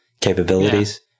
capabilities